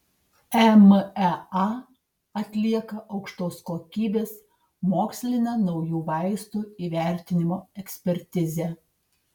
emea atlieka aukštos kokybės mokslinę naujų vaistų įvertinimo ekspertizę